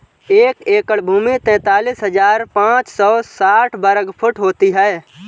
एक एकड़ भूमि तैंतालीस हज़ार पांच सौ साठ वर्ग फुट होती है